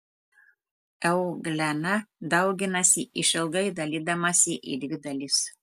euglena dauginasi išilgai dalydamasi į dvi dalis